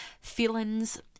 feelings